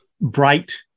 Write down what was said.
bright